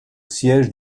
siège